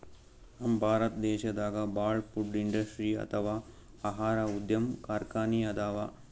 ನಮ್ ಭಾರತ್ ದೇಶದಾಗ ಭಾಳ್ ಫುಡ್ ಇಂಡಸ್ಟ್ರಿ ಅಥವಾ ಆಹಾರ ಉದ್ಯಮ್ ಕಾರ್ಖಾನಿ ಅದಾವ